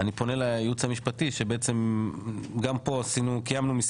אני פונה לייעוץ המשפטי שבעצם גם פה עשינו קיימנו,